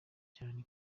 cyane